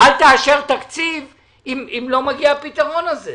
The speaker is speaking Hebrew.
אל תאשר תקציב אם לא מגיע הפתרון הזה.